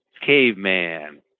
caveman